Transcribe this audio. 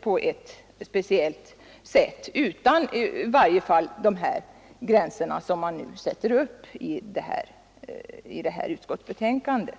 på ett speciellt sätt, utan de gränser som dras upp i utskottets betänkande.